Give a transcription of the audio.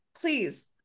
please